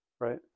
right